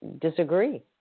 disagree